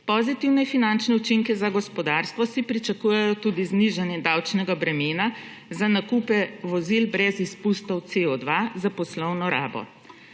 Pozitivni finančni učinki za gospodarstvo se pričakujejo tudi z nižanjem davčnega bremena za nakupe vozil brez izpustov Co2 za poslovno rabo.